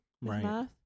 Right